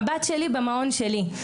הבת שלי במעון שלי,